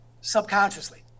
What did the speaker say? subconsciously